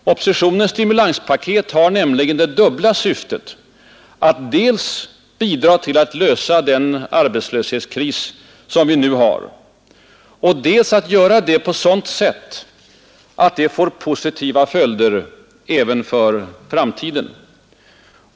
Oppositionens stimulanspaket har nämligen det dubbla syftet att dels bidra till att lösa den arbetslöshetskris vi nu har och dels göra detta på sådant sätt, att det får positiva följder även för framtiden.